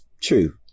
true